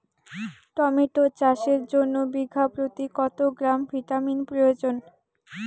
Tomato চাষের জন্য বিঘা প্রতি কত গ্রাম ভিটামিন প্রয়োজন?